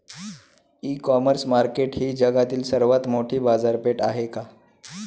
इ commerce market ही जगातील सर्वात मोठी बाजारपेठ आहे का?